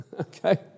Okay